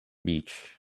beach